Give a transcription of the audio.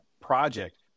project